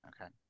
Okay